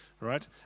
right